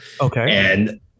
Okay